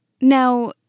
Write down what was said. Now